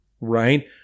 right